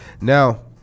Now